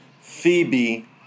Phoebe